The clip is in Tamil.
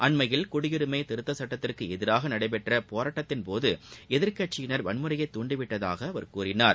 அண்மையில் குடியுரிமை திருத்தச் சட்டத்திற்கு எதிராக நடைபெற்ற போராட்டத்தின்போது எதிர்கட்சியினர் வன்முறையை தூண்டிவிட்டதாக அவர் கூறினார்